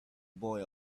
boy